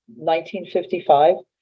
1955